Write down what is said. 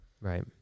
Right